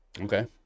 okay